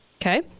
Okay